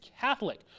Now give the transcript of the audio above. Catholic